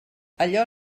allò